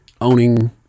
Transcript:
owning